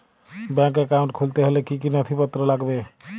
Bank account খুলতে হলে কি কি নথিপত্র লাগবে?